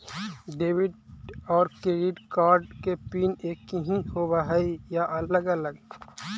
Debit और credit card के PIN एकही होव हइ या अलग अलग?